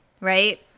right